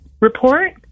report